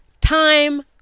Time